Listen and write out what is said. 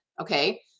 okay